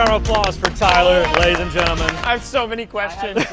um applause for tyler, ladies and gentlemen. i have so many questions.